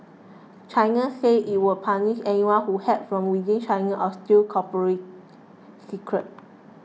China says it will punish anyone who hacks from within China or steals corporate secrets